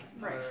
Right